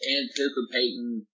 anticipating